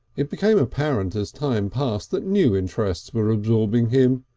it became apparent as time passed that new interests were absorbing him.